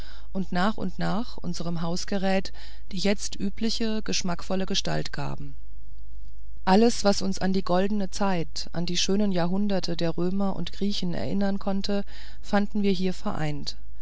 und nach und nach unserem hausgeräte die jetzt übliche schöne geschmackvolle gestalt gaben alles was uns an die goldene zeit an die schönen jahrhunderte der römer und griechen erinnern konnte fanden wir hier vereint